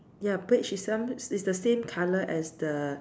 ya beige is some is the same colour as the